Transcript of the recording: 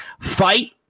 Fight